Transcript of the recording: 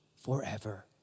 forever